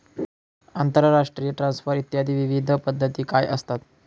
आंतरराष्ट्रीय ट्रान्सफर इत्यादी विविध पद्धती काय असतात?